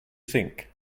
think